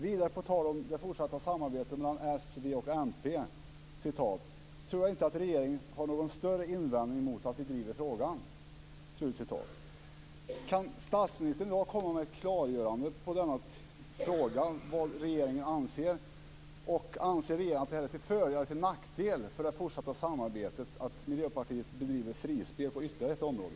Vidare på tal om det fortsatta samarbetet mellan s, v och mp: "När det gäller samarbetet mellan Miljöpartiet, Vänsterpartiet och Socialdemokraterna tror jag inte att regeringen har någon större invändning mot att vi driver frågan." Kan statsministern i dag komma med ett klargörande på frågan om vad regeringen anser? Anser regeringen att det är till fördel eller till nackdel för det fortsatta samarbetet att Miljöpartiet bedriver frispel på ytterligare ett område?